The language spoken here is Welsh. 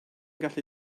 gallu